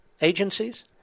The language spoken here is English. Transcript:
agencies